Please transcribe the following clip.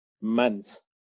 months